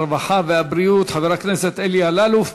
הרווחה והבריאות חבר הכנסת אלי אלאלוף.